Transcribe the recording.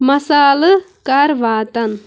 مَسالہٕ کَر واتَن